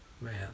Man